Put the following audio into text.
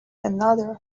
another